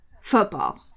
football